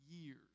years